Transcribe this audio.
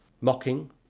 mocking